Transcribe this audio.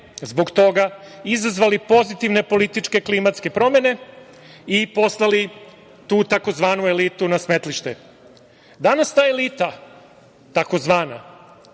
zbog toga izazvali pozitivne političke klimatske promene i poslali tu tzv. elitu na smetlište. Danas ta tzv.